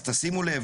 אז תשימו לב,